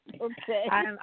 Okay